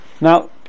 Now